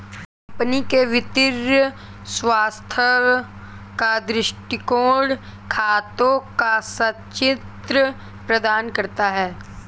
company के वित्तीय स्वास्थ्य का दृष्टिकोण खातों का संचित्र प्रदान करता है